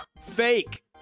fake